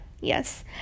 Yes